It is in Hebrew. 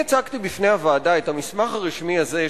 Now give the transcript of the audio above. אני הצגתי בפני הוועדה את המסמך הרשמי הזה,